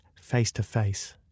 face-to-face